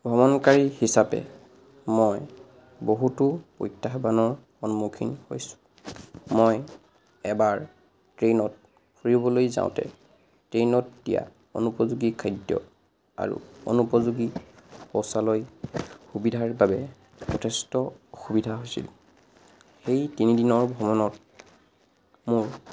ভ্ৰমণকাৰী হিচাপে মই বহুতো প্ৰত্যাহ্বানৰ সন্মুখীন হৈছোঁ মই এবাৰ ট্ৰেইনত ফুৰিবলৈ যাওঁতে ট্ৰেইনত দিয়া অনুপযোগী খাদ্য আৰু অনুপযোগী শৌচালয় সুবিধাৰ বাবে যথেষ্ট অসুবিধা হৈছিল সেই তিনিদিনৰ ভ্ৰমণত মোৰ